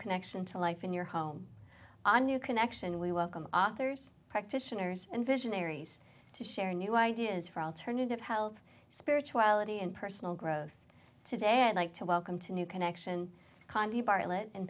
connection to life in your home a new connection we welcome authors practitioners and visionaries to share new ideas for alternative health spirituality and personal growth today i'd like to welcome to new connection condi bartlett and